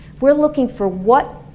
we're looking for what